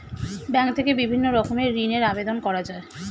bank থেকে বিভিন্ন রকমের ঋণের আবেদন করা যায়